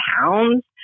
pounds